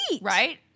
Right